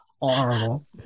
Horrible